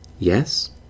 Yes